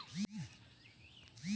ঋণ পরিশোধের বিভিন্ন পদ্ধতি কি কি?